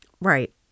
Right